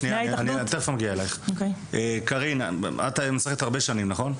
אף פעם זה לא מגרש מלא,